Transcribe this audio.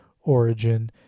origin